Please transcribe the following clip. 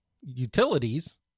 utilities